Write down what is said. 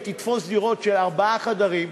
זה יתפוס דירות של ארבעה חדרים,